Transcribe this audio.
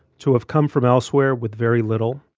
to have come from elsewhere with very little,